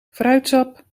fruitsap